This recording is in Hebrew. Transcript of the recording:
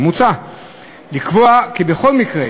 מוצע לקבוע כי בכל מקרה,